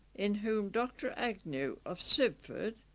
in whom dr agnew of sibford,